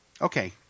Okay